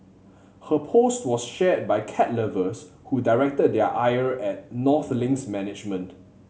her post was shared by cat lovers who directed their ire at North Link's management